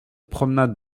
promenade